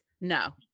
No